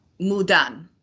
Mudan